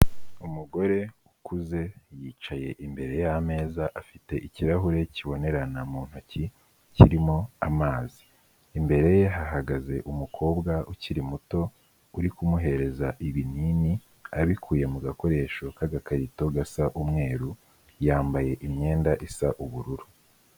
Umugore ukuze yicaye imbere y'ameza afite ikirahure kibonerana mu ntoki, kirimo amazi. Imbere ye hahagaze umukobwa ukiri muto, uri kumuhereza ibinini, abikuye mu gakoresho k'agakarito gasa umweru, yambaye imyenda isa ubururu.